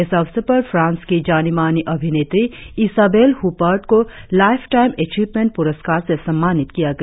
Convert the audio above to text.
इस अवसर पर फ्रांस की जानी मानी अभिनेत्री इसाबेल हुपर्त को लाइफटाइम एचीवमेंट पुरस्कार से सम्मानित किया गया